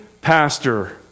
pastor